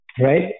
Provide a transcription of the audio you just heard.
right